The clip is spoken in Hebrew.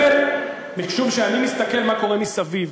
משום שאני מסתכל על מה שקורה מסביב,